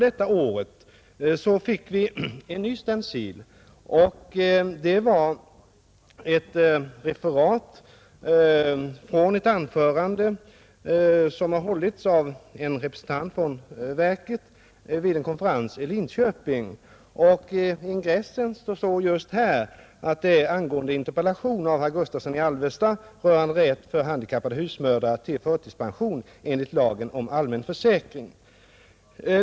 I år fick vi en ny stencil med ett referat av ett anförande som hållits av en representant för verket vid en konferens i Lidköping. I ingressen står just att det är angående interpellation av herr Gustavsson i Alvesta rörande rätt för handikappade husmödrar till förtidspension enligt lagen om allmän försäkring.